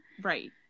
Right